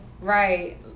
Right